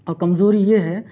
اور کمزوری یہ ہے